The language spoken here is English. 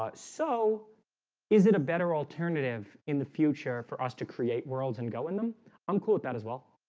ah so is it a better alternative in the future for us to create worlds and go in them unquote that as well,